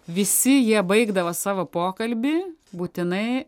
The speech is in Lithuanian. visi jie baigdavo savo pokalbį būtinai